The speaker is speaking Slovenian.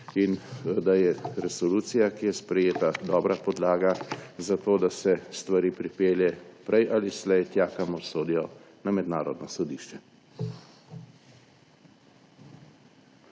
in da je resolucija, ki je sprejeta, dobra podlaga za to, da se stvari pripelje prej ali slej tja, kamor sodijo – na mednarodno sodišče.